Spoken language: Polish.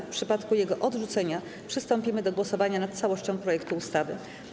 W przypadku jego odrzucenia przystąpimy do głosowania nad całością projektu ustawy.